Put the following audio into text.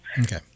okay